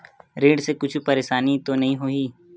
ऋण से कुछु परेशानी तो नहीं होही?